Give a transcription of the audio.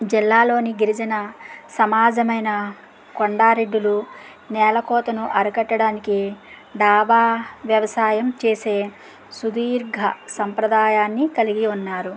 జిల్లాలోని గిరిజన సమాజమైన కొండారెడ్డిలు నేలకోతను అరికట్టడానికి దాబా వ్యవసాయం చేసే సుధీర్గ సంప్రదాయాన్ని కలిగి ఉన్నారు